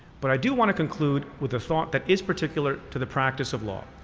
but i do want to conclude with a thought that is particular to the practice of law,